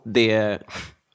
det